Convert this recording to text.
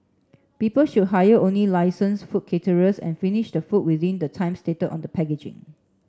people should hire only licensed food caterers and finish the food within the time stated on the packaging